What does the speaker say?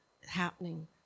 happening